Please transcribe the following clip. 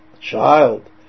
child